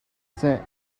seh